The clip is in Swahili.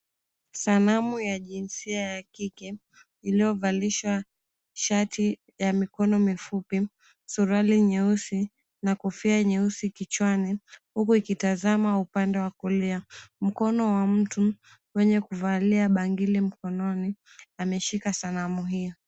Sanamu ya jinsia ya kike iliyovalishwa shati ya mikono mifupi, suruali nyeusi na kofia nyeusi kichwani, huku ikitazama upande wa kulia. Mkono wa mtu wenye kuvalia bangili mkononi ameshika sanamu hiyo.